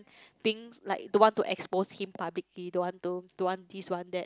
being like don't want to expose him publicly don't want to don't want this want that